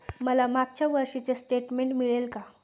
मला मागच्या वर्षीचे स्टेटमेंट मिळेल का?